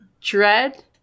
Dread